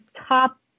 top